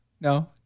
no